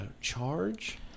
charge